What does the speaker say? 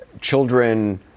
children